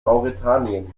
mauretanien